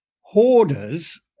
Hoarders